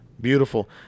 beautiful